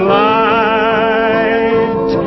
light